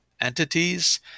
entities